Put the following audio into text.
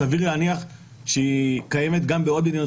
סביר להניח שהיא קיימת בעוד מדינות